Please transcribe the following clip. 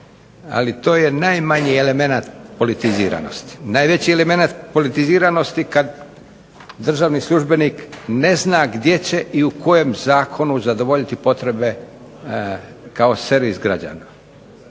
ali to je najmanji elemenat politiziranosti. Najveći elemenat politiziranosti kad državni službenik ne zna gdje će i u kojem zakonu zadovoljiti potrebe kao servis građana.